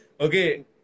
Okay